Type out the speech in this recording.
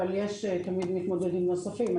אבל תמיד יש מתמודדים נוספים.